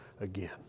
again